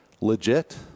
legit